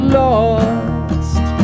lost